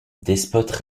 despote